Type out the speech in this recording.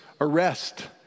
arrest